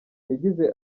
yagize